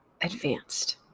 advanced